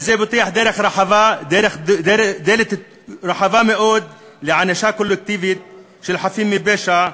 וזה פותח דלת רחבה מאוד לענישה קולקטיבית של חפים מפשע.